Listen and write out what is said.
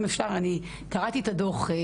אם אפשר גם: אני קראתי את הדוח,